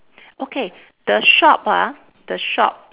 okay the shop ah the shop